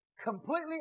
Completely